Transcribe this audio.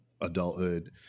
adulthood